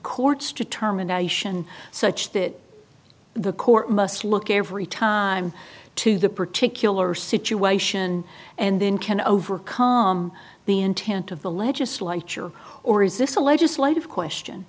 court's determination such that the court must look every time to the particular situation and then can overcome the intent of the legislature or is this a legislative question